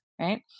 right